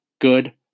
good